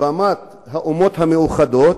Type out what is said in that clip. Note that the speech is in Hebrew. בימת האומות המאוחדות.